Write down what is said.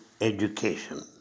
education